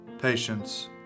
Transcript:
patience